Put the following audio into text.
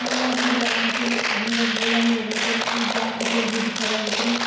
अगला दिन जाए खातिर हमलोग बोलै हियै लेकिन ओ जाए खातिर जिद्द करए हिखनी